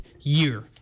year